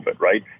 right